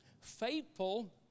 Faithful